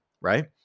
right